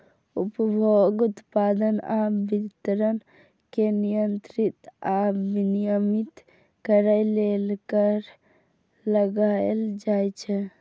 उपभोग, उत्पादन आ वितरण कें नियंत्रित आ विनियमित करै लेल कर लगाएल जाइ छै